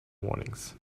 warnings